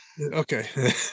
Okay